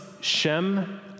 Shem